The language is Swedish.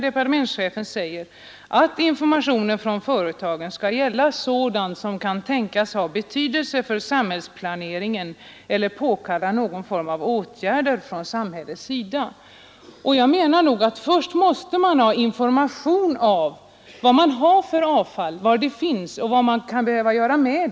Departemenschefen säger nämligen att informationen från företagen skall gälla sådant som kan tänkas ha betydelse för samhällsplaneringen eller påkalla någon form av åtgärder från samhällets sida. Jag anser att man först måste få information om vilket avfall industrierna har, dess omfattning och sammansättning, för att kunna bedöma vad det är möjligt att göra med det.